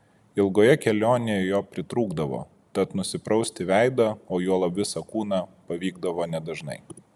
ilgoje kelionėje jo pritrūkdavo tad nusiprausti veidą o juolab visą kūną pavykdavo nedažnai